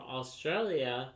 Australia